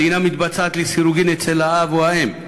הלינה מתבצעת לסירוגין אצל האב והאם,